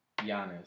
Giannis